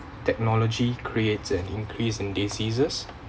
technology creates an increase in diseases